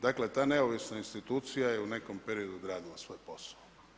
Dakle, ta neovisna institucija je u nekom periodu odradila svoj posao.